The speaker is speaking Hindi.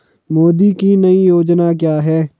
मोदी की नई योजना क्या है?